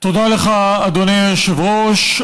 תודה לך, אדוני היושב-ראש.